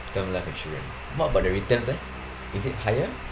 term life insurance what about the returns eh is it higher